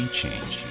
change